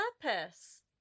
purpose